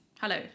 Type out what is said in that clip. hello